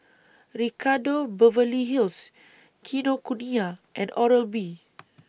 Ricardo Beverly Hills Kinokuniya and Oral B